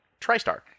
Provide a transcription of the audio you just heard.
Tristar